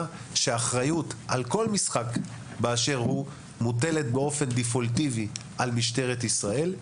שהאחריות על כל משחק באשר הוא מוטלת כברירת מחדל על משטרת ישראל.